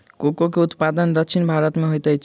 cocoa के उत्पादन दक्षिण भारत में होइत अछि